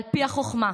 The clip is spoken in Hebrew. על פי החוכמה,